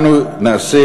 אנו נעשה,